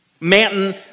Manton